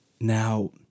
Now